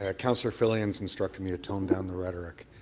ah councillor filion's instructed me to tone down the rhetoric.